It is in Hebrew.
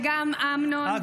וגם אמנון -- אה,